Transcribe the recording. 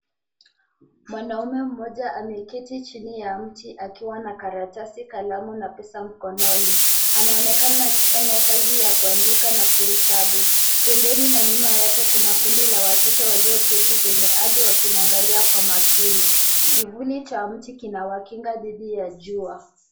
Mwanaume mmoja amekti chini ya mti akiwa na karatasi kalamu na pesa mkononi. Anaonekana akifanya kazi ya kuandika na kuhesabu. Pembeni na nyuma yake kuna kundi la watoto walioketi kwenye ardhi wakimwangalia kwa makini. Kivuli cha mti kinawakinga dhidi ya jua.